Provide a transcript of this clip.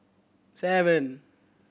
seven